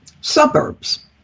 suburbs